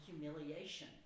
humiliation